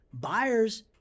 buyers